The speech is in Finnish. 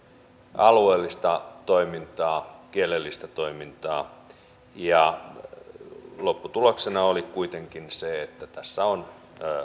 alueellista toimintaa kielellistä toimintaa lopputuloksena oli kuitenkin se että tässä on